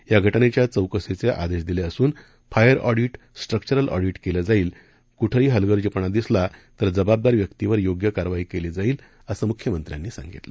या घटनेच्या चौकशीचे आदेश दिले असून फायर ऑडिट स्ट्रकचरल ऑडीट केलं जाईल जर कुठेही हलगर्जीपणा दिसला तर जबाबदार व्यक्तीवर योग्य कारवाई केली जाईल असं मुख्यमंत्र्यांनी सांगितलं